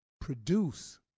produce